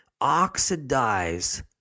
oxidize